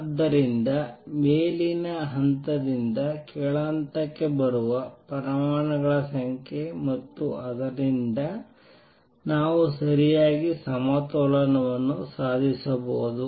ಆದ್ದರಿಂದ ಮೇಲಿನ ಹಂತದಿಂದ ಕೆಳ ಹಂತಕ್ಕೆ ಬರುವ ಪರಮಾಣುಗಳ ಸಂಖ್ಯೆ ಮತ್ತು ಆದ್ದರಿಂದ ನಾವು ಸರಿಯಾಗಿ ಸಮತೋಲನವನ್ನು ಸಾಧಿಸಬಹುದು